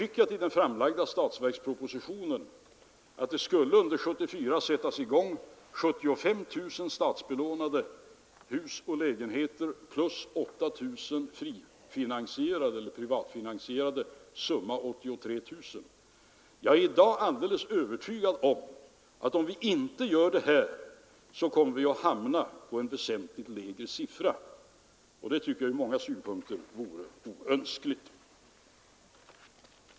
Vi har i den framlagda statsverkspropositionen förutskickat att det under 1974 skulle sättas i gång 75 000 statsbelånade hus och lägenheter plus 8000 privatfinansierade, summa 83 000. Jag är i dag alldeles övertygad om att om vi inte sätter in de nu planerade åtgärderna kommer vi att hamna på en väsentligt lägre siffra, och det vore från många synpunkter icke önskvärt.